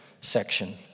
section